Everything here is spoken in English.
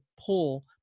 pull